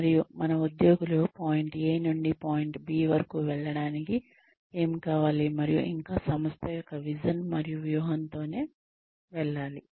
మరియు మన ఉద్యోగులు పాయింట్ A నుండి పాయింట్ B వరకు వెళ్ళడానికి ఏమి కావాలి మరియు ఇంకా సంస్థ యొక్క విజన్ మరియు వ్యూహంతోనే వెళ్ళాలి